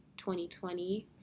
2020